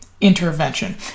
intervention